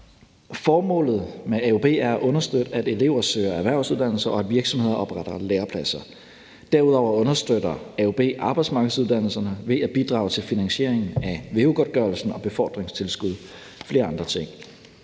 Formålet med AUB er at understøtte elevers erhvervsuddannelse, og at virksomheder opretter lærepladser. Derudover understøtter AUB arbejdsmarkedsuddannelserne ved at bidrage til finansieringen af veu-godtgørelsen, befordringstilskuddet og flere andre ting.